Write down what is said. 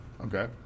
Okay